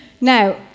Now